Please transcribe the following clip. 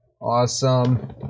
Awesome